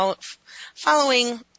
following